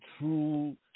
true